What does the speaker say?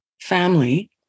family